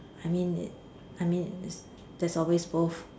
I mean it I mean it there's always both